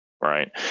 Right